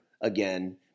again